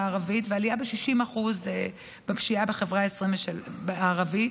הערבית ועלייה ב-60% בפשיעה בחברה הערבית.